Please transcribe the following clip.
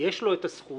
ויש לו את הזכות,